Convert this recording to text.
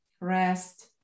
rest